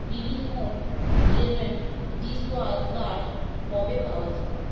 বিবি home lemon dishwash bar কবে পাওয়া যাবে